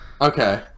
Okay